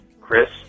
Chris